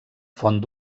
font